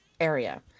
area